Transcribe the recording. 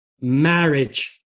marriage